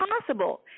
possible